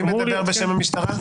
מי מדבר בשם המשטרה?